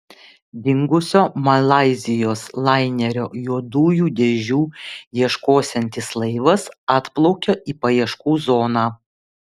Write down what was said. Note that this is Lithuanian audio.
dingusio malaizijos lainerio juodųjų dėžių ieškosiantis laivas atplaukė į paieškų zoną